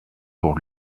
pour